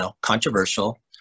controversial